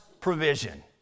provision